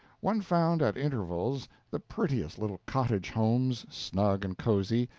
one found at intervals the prettiest little cottage homes, snug and cozy,